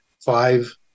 five